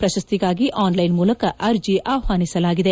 ಪ್ರಶಸ್ತಿಗಾಗಿ online ಮೂಲಕ ಅರ್ಜಿ ಆಹ್ಲಾನಿಸಲಾಗಿದೆ